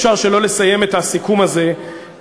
אי-אפשר שלא לסיים את הסיכום הזה בבריחתה,